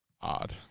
Odd